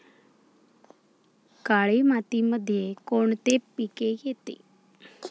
काळी मातीमध्ये कोणते पिके येते?